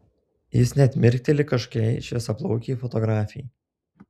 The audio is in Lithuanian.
jis net mirkteli kažkokiai šviesiaplaukei fotografei